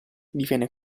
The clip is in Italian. diviene